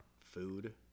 food